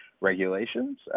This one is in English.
regulations